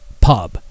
pub